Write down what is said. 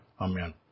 Amen